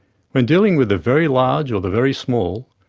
when dealing with the very large or the very small,